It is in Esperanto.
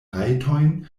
rajtojn